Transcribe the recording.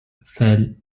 fell